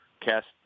cast